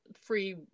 free